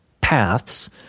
paths